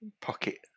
pocket